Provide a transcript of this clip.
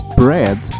bread